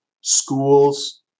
schools